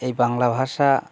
এই বাংলা ভাষা